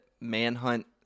Manhunt